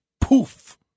Poof